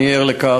אני ער לכך,